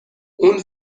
اون